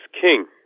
king